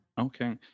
Okay